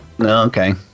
Okay